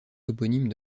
toponymes